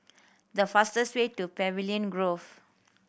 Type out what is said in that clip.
the fastest way to Pavilion Grove